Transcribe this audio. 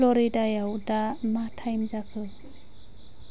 फ्लरिडायाव दा मा टाइम जाखो